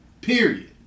Period